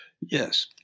Yes